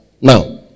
now